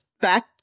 back